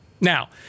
Now